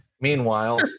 Meanwhile